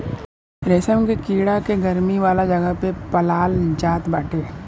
रेशम के कीड़ा के गरमी वाला जगह पे पालाल जात बाटे